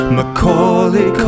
Macaulay